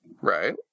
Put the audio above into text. Right